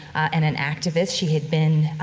and an activist. she had been,